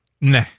Nah